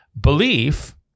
Belief